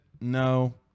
No